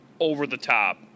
over-the-top